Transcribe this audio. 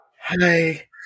hi